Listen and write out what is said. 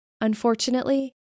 unfortunately